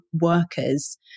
workers